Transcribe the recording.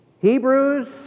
Hebrews